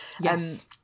Yes